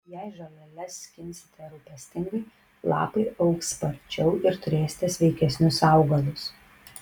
jei žoleles skinsite rūpestingai lapai augs sparčiau ir turėsite sveikesnius augalus